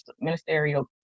ministerial